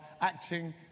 acting